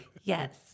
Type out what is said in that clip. Yes